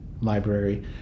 Library